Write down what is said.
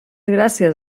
gràcies